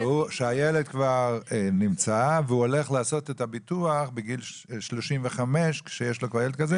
שהילד כבר נמצא והוא הולך לעשות את הביטוח בגיל 35 כשיש לו כבר ילד כזה?